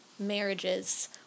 marriages